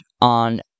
on